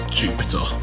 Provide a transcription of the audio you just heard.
jupiter